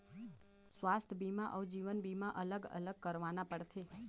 स्वास्थ बीमा अउ जीवन बीमा अलग अलग करवाना पड़थे?